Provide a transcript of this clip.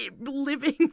living